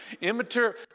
immature